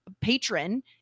patron